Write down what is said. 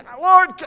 Lord